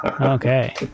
Okay